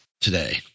today